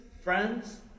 friends